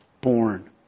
born